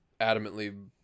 adamantly